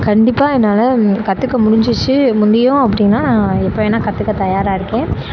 கண்டிப்பாக என்னால் கற்றுக்க முடிஞ்சிச்சு முடியும் அப்படின்னா நான் எப்போ வேண்ணா கற்றுக்க தயாராக இருக்கேன்